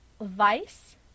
Vice